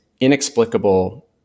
inexplicable